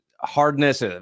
hardness